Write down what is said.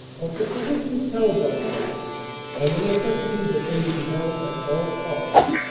of the positions held by him and the neces sity that they be held at all costs.